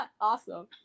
Awesome